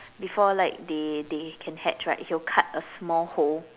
before like they they can hatch right he will cut a small hole